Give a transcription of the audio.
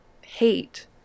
hate